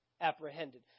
apprehended